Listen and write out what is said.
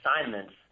assignments